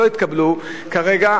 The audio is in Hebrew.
לא התקבלו כרגע.